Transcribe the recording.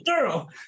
girl